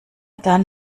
dann